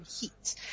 heat